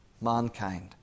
mankind